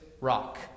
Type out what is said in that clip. rock